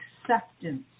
acceptance